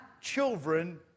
children